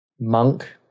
Monk